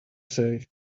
say